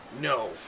No